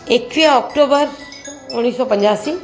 एकवीह ऑक्टोबर उणिवीह सौ पंजासी